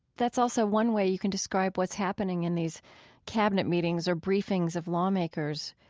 that's also one way you can describe what's happening in these cabinet meetings or briefings of lawmakers,